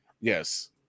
yes